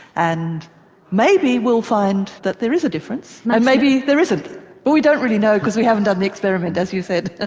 and maybe we'll find that there is a difference and maybe there isn't. but we don't really know because we haven't done the experiment, as you said.